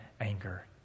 anger